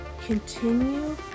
continue